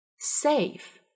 safe